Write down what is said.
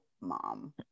mom